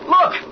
Look